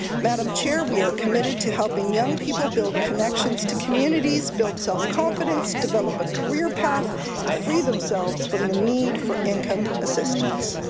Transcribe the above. madam chair, we are committed to helping young people build connections to communities, build self confidence, develop a career path and free themselves from the need for income assistance.